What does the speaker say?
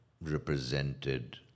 represented